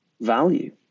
value